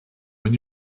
when